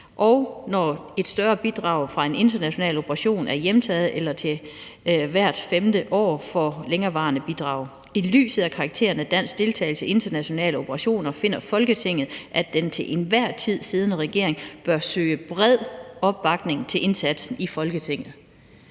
når et større bidrag fra en international operation er hjemtaget eller hvert femte år for længerevarende bidrag. I lyset af karakteren af dansk deltagelse i internationale operationer finder Folketinget, at den til enhver tid siddende regering bør søge bred opbakning til indsatsen i Folketinget.«